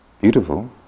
beautiful